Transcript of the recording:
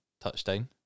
touchdown